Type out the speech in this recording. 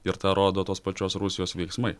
ir tą rodo tos pačios rusijos veiksmai